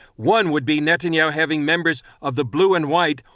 one would be netanyahu having members of the blue and white,